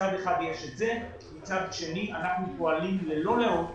מצד אחד יש את זה, ומצד שני אנחנו פועלים ללא לאות